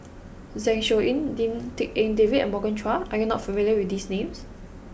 Zeng Shouyin Lim Tik En David and Morgan Chua are you not familiar with these names